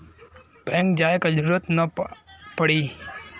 bank जाये क जरूरत ना पड़ी